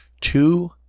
two